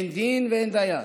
אין דין ואין דיין,